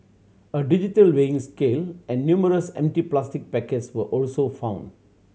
a digital weighing scale and numerous empty plastic packets were also found